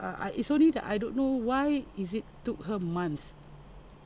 uh I it's only that I don't know why is it took her months